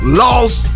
lost